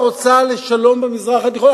הרוצה שלום במזרח התיכון,